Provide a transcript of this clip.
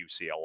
UCLA